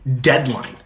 deadline